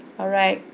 alright